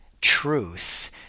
truth